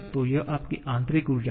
तो यह आपकी आंतरिक ऊर्जा है